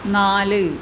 നാല്